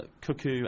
Cuckoo